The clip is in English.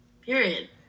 Period